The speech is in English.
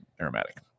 aromatic